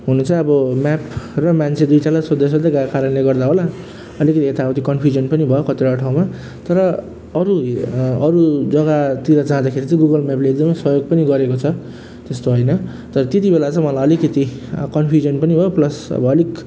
हुनु चाहिँ अब म्याप र मान्छे दुईजना सोद्धै सोद्धै गएको कारणले गर्दा होला अलिकति यताउति कन्फ्युजन पनि भयो कतिवटा ठाउँमा तर अरू अरू जग्गातिर जाँदाखेरि चाहिँ गुगल म्यापले एकदमै सहयोग पनि गरेको छ त्यस्तो होइन तर त्यति बेला चाहिँ मलाई अलिकति आ कन्फ्युजन पनि हो प्लस अब अलिक